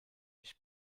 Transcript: ich